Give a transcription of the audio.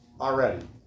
Already